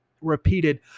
repeated